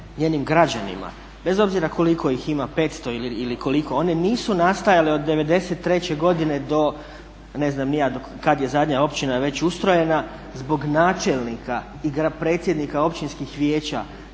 njenim građanima, bez obzira koliko ih ima, 500 ili koliko. One nisu nastajale od '93. godine do ne znam ni ja kad je zadnja općina već ustrojena zbog načelnika i predsjednika općinskih vijeća